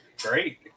Great